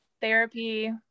therapy